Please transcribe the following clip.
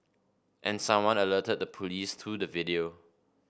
and someone alerted the police to the video